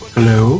Hello